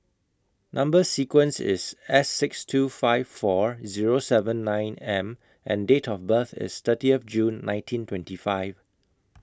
Number sequence IS S six two five four Zero seven nine M and Date of birth IS thirtieth June nineteen twenty five